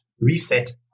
reset